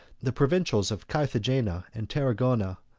the provincials of carthagena and tarragona,